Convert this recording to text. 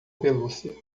pelúcia